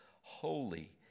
Holy